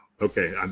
okay